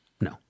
no